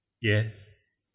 yes